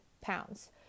pounds